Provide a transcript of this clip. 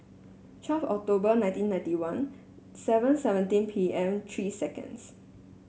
twelve October nineteen ninety one seven seventeen P M three second